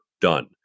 done